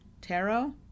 Tarot